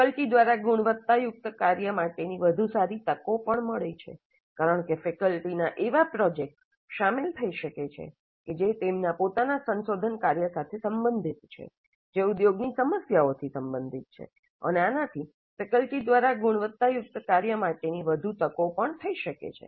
faculty દ્વારા ગુણવત્તાયુક્ત કાર્ય માટેની વધુ સારી તકો પણ મળે છે કારણ કે ફેકલ્ટીનાં એવા પ્રોજેક્ટ્સ શામેલ થઈ શકે છે કે જે તેમના પોતાના સંશોધન કાર્ય સાથે સંબંધિત છે જે ઉદ્યોગની સમસ્યાઓથી સંબંધિત છે અને આનાથી ફેકલ્ટી દ્વારા ગુણવત્તાયુક્ત કાર્ય માટેની વધુ તકો પણ થઈ શકે છે